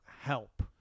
help